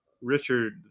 Richard